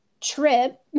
trip